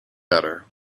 better